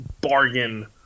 bargain